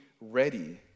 ready